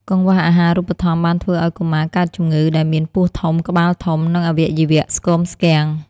កង្វះអាហារូបត្ថម្ភបានធ្វើឱ្យកុមារកើតជំងឺ ដែលមានពោះធំ ក្បាលធំ និងអវយវៈស្គមស្គាំង។